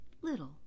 little